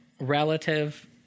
relative